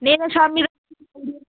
नेईं तुस शामीं